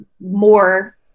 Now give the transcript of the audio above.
more